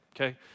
okay